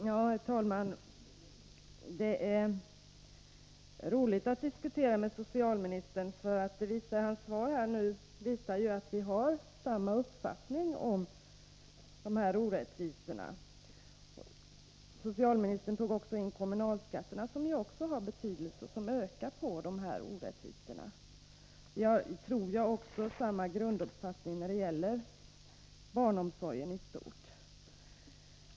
Herr talman! Det är roligt att diskutera med socialministern, för hans svar visar ju att vi har samma uppfattning om de här orättvisorna. Socialministern tog upp kommunalskatterna, som också har betydelse och ökar dessa orättvisor. Vi har också, tror jag, samma grunduppfattning när det gäller barnomsorgen i stort.